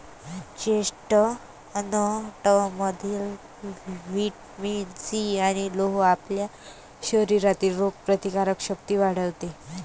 चेस्टनटमधील vitamin C आणि लोह आपल्या शरीरातील रोगप्रतिकारक शक्ती वाढवते